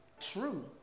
true